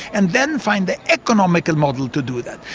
and then find the economical model to do that.